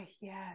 yes